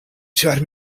ĉar